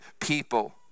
people